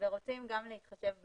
ורוצים גם להתחשב בהם.